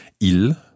il